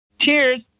Cheers